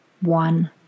one